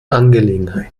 angelegenheit